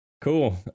Cool